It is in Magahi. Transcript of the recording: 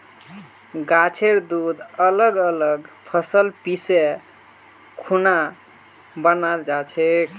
गाछेर दूध अलग अलग फसल पीसे खुना बनाल जाछेक